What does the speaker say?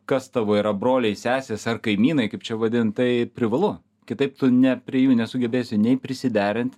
kas tavo yra broliai sesės ar kaimynai kaip čia vadint tai privalu kitaip tu ne prie jų nesugebėsi nei prisiderint